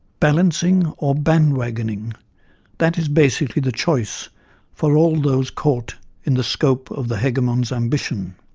balancing or bandwagoning that is basically the choice for all those caught in the scope of the hegemon's ambition.